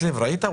מקלב, ראית?